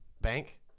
Bank